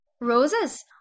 Roses